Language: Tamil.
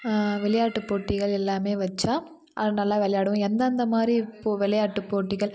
விளையாட்டு போட்டிகள் எல்லாமே வச்சா நல்லா விளையாடுவோம் எந்தெந்த மாதிரி இப்போது விளையாட்டு போட்டிகள்